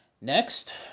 Next